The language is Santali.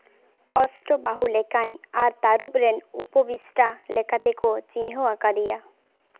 ᱚᱥᱴᱚ ᱵᱟᱹᱦᱩ ᱞᱮᱠᱟᱱ ᱟᱨ ᱛᱟᱹᱨᱩᱵᱽ ᱨᱮᱱ ᱩᱯᱚᱵᱤᱥᱴᱟ ᱞᱮᱠᱟ ᱛᱮᱠᱚ ᱪᱤᱱᱦᱟᱹᱣ ᱟᱠᱟᱫᱮᱭᱟ